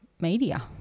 media